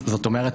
זאת אומרת,